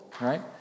right